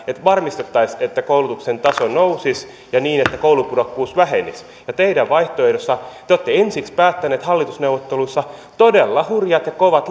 että varmistettaisiin että koulutuksen taso nousisi ja että koulupudokkuus vähenisi ja teidän vaihtoehdossanne te olette ensiksi päättäneet hallitusneuvotteluissa todella hurjat ja kovat